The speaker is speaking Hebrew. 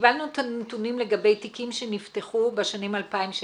קיבלנו את הנתונים לגבי תיקים שנפתחו בשנים 2016,